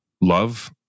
love